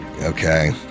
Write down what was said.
okay